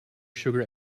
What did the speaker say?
sugar